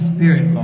Spirit